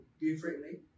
differently